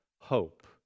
hope